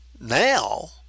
now